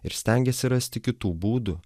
ir stengiasi rasti kitų būdų